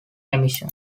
emission